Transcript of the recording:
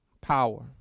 power